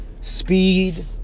speed